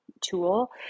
tool